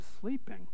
sleeping